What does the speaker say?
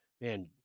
man